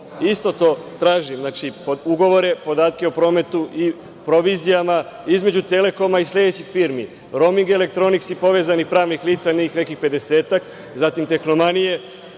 Isto to tražim, znači ugovore, podatke o prometu i provizijama između „Telekoma“ i sledećih firmi „Roming elektroniks“ i povezanih pravnih lica, ima ih nekih pedesetak, zatim „Tehnomanije“,